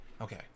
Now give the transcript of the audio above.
Okay